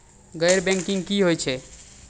गैर बैंकिंग की होय छै?